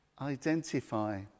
identify